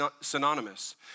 synonymous